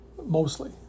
mostly